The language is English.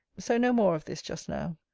so no more of this just now.